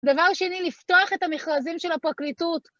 דבר שני, לפתוח את המכרזים של הפרקליטות.